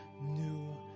new